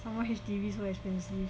someone H_D_B so expensive